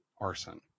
arson